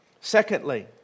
Secondly